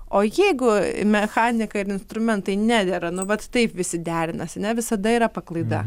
o jeigu mechanika ir instrumentai nedera nu vat taip visi derinasi ne visada yra paklaida